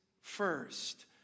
first